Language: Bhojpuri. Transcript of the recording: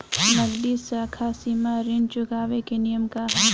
नगदी साख सीमा ऋण चुकावे के नियम का ह?